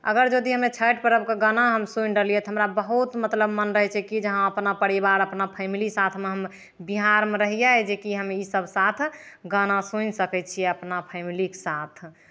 अगर यदि हमे छठि पर्वके गाना हम सुनि रहलियै तऽ हमरा बहुत मतलब मन रहै छै की जे हँ अपना परिवार अपना फैमिली साथमे हम बिहारमे रहियै जेकि हमे इसभ साथ गाना सुनि सकै छियै अपना फैमिलीक साथ